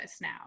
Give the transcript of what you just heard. now